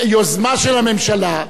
יוזמה של הממשלה,